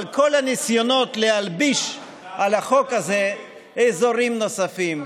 אבל כל הניסיונות להלביש על החוק הזה אזורים נוספים,